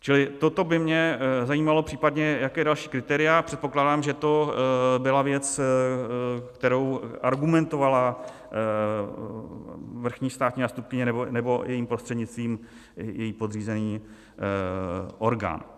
Čili toto by mě zajímalo, případně jaká další kritéria, předpokládám, že to byla věc, kterou argumentovala vrchní státní zástupkyně nebo jejím prostřednictvím její podřízený orgán.